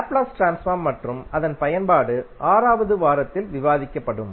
Laplace transform மற்றும் அதன் பயன்பாடு 6வதுவாரத்தில்விவாதிக்கப்படும்